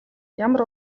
ямар